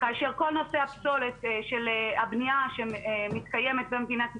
כאשר כל נושא הפסולת של הבנייה שמתקיימת במדינת ישראל,